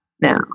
Now